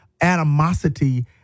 animosity